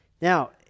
Now